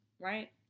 right